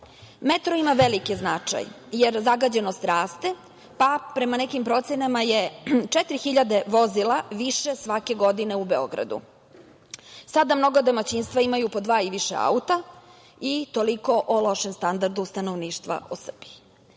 posla. Metro ima veliki značaj. Zagađenost raste, pa je, prema nekim procenama, četiri hiljade vozila više svake godine u Beogradu. Sada mnoga domaćinstva imaju po dva i više auta i toliko o lošem standardu stanovništva u Srbiji. Beograd